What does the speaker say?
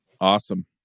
Awesome